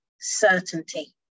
certainty